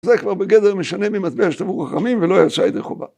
זה כבר בגדר "המשנה ממטבע שטבעו חכמים ולא יצא ידי חובה".